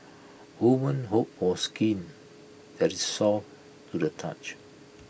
women hope for skin that is soft to the touch